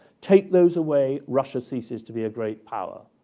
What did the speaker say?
take those away, russia ceases to be a great power.